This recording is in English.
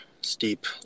steep